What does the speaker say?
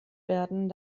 werden